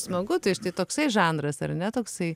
smagu tai štai toksai žanras ar ne toksai